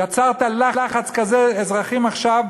יצרת לחץ כזה, אזרחים עכשיו,